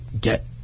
get